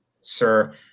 sir